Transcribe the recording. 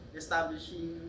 establishing